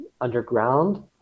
underground